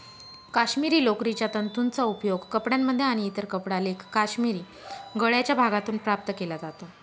काश्मिरी लोकरीच्या तंतूंचा उपयोग कपड्यांमध्ये आणि इतर कपडा लेख काश्मिरी गळ्याच्या भागातून प्राप्त केला जातो